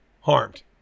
harmed